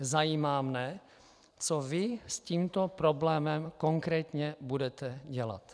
Zajímá mě, co vy s tímto problémem konkrétně budete dělat.